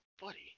Buddy